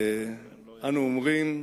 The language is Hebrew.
אנו אומרים,